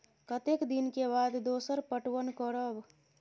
कतेक दिन के बाद दोसर पटवन करब?